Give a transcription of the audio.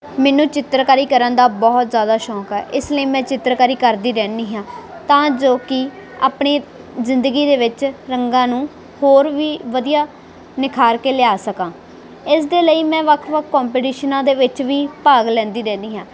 ਮੈਨੂੰ ਚਿੱਤਰਕਾਰੀ ਕਰਨ ਦਾ ਬਹੁਤ ਜਿਆਦਾ ਸ਼ੌਂਕ ਐ ਇਸ ਲਈ ਮੈਂ ਚਿੱਤਰਕਾਰੀ ਕਰਦੀ ਰਹਿੰਦੀ ਹਾਂ ਤਾਂ ਜੋ ਕੀ ਆਪਣੇ ਜ਼ਿੰਦਗੀ ਦੇ ਵਿੱਚ ਰੰਗਾਂ ਨੂੰ ਹੋਰ ਵੀ ਵਧੀਆ ਨਿਖਾਰ ਕੇ ਲਿਆ ਸਕਾ ਇਸ ਦੇ ਲਈ ਮੈਂ ਵੱਖ ਵੱਖ ਕੰਪਟੀਸ਼ਨਾਂ ਦੇ ਵਿੱਚ ਵੀ ਭਾਗ ਲੈਂਦੀ ਰਹਿਦੀ ਹਾਂ